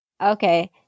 Okay